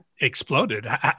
exploded